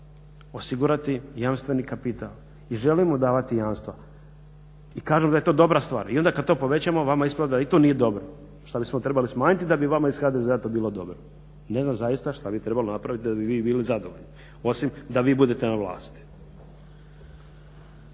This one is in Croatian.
osigurati jamstveni kapital i želimo dati jamstva i kažemo da je to dobra stvar i onda kada to povećamo onda vama ispada da i to nije dobro. Šta bismo trebali smanjiti da bi vama iz HDZ-a to bilo dobro? Ne znam zaista šta bi trebalo napraviti da b vi bili zadovoljni osim da vi budete na vlasti.